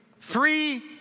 three